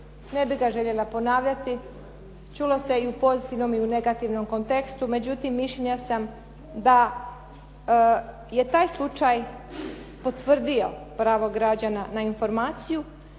ne bih ga željela ponavljati. Čulo se i u pozitivnom i u negativnom kontekstu, međutim mišljenja sam da je taj slučaj potvrdio pravo građana na informaciju